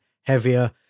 heavier